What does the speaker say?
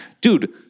dude